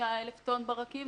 35,000 טון בירקות רכים,